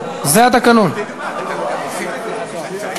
הסדרת ייעוד השימוש במקווה טהרה),